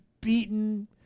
beaten